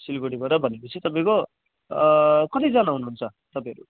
सिलगढीबाट भनेपछि तपाईँको कतिजना हुनुहुन्छ तपाईँहरू